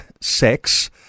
sex